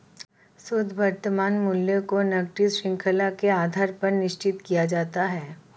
शुद्ध वर्तमान मूल्य को नकदी शृंखला के आधार पर निश्चित किया जाता है